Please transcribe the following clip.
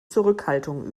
zurückhaltung